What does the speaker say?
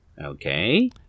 Okay